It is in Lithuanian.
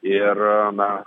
ir na